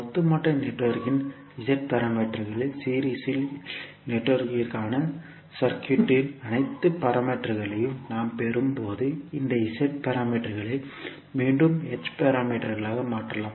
ஒட்டுமொத்த நெட்வொர்க்கின் z parameter ஆக சீரிஸ் இல் நெட்வொர்க்கிற்கான சர்க்யூட்களின் அனைத்து பாராமீட்டர்களையும் நாம் பெறும்போது இந்த z பாராமீட்டர்களை மீண்டும் h பாராமீட்டர் ஆக மாற்றலாம்